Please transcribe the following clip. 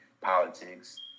politics